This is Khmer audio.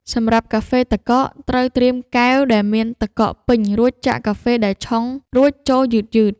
សម្រាប់កាហ្វេទឹកកក ត្រូវត្រៀមកែវដែលមានទឹកកកពេញ រួចចាក់កាហ្វេដែលឆុងរួចចូលយឺតៗ។